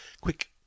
quick